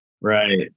Right